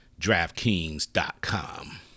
DraftKings.com